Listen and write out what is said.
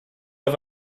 auf